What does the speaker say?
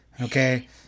okay